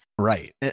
Right